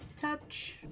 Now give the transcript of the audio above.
Touch